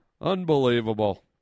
Unbelievable